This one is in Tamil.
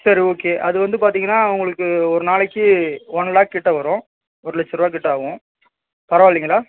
சரி ஓகே அது வந்து பார்த்திங்கன்னா உங்களுக்கு ஒரு நாளைக்கு ஒன் லேக்கிட்டே வரும் ஒரு லட்சரூபாகிட்ட ஆகும் பரவாயில்லைங்களா